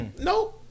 Nope